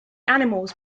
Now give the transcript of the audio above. animals